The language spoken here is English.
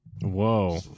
Whoa